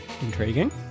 Intriguing